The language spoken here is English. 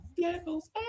Devil's